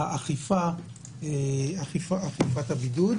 אכיפת הבידוד.